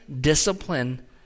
discipline